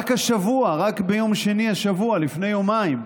רק השבוע, רק ביום שני השבוע, לפני יומיים,